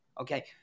okay